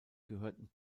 gehörten